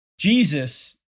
Jesus